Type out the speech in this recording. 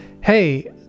Hey